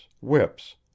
whips